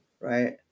Right